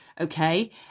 okay